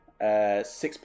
Six